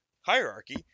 hierarchy